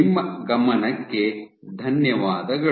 ನಿಮ್ಮ ಗಮನಕ್ಕೆ ಧನ್ಯವಾದಗಳು